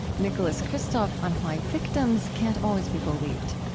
nicholas kristof on why victims can't always be believed,